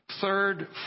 third